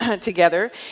Together